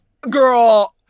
Girl